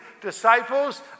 disciples